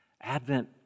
Advent